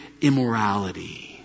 immorality